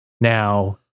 now